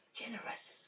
generous